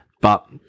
but-